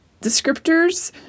descriptors